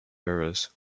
errors